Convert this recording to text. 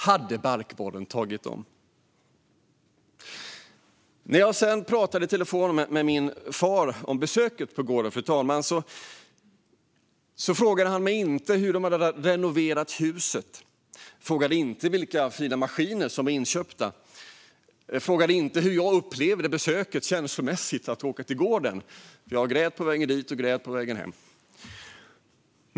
Hade barkborren tagit dem? När jag sedan talade i telefon med min far om besöket på gården, fru talman, frågade han mig inte hur de hade renoverat huset, vilka fina maskiner som var inköpta eller hur jag upplevde besöket känslomässigt. Jag grät på vägen dit, och jag grät på vägen hem.